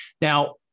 Now